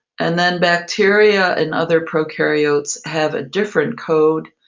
and then bacteria and other prokaryotes have a different code.